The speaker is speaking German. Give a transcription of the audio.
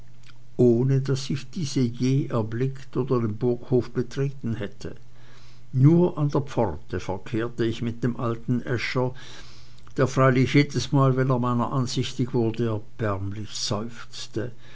ohne daß ich diese je erblickt oder den burghof betreten hätte nur an der pforte verkehrte ich mit dem alten äscher der freilich jedesmal wenn er meiner ansichtig wurde erbärmlich